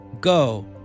Go